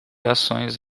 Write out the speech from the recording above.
ações